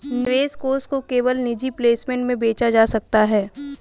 निवेश कोष को केवल निजी प्लेसमेंट में बेचा जा सकता है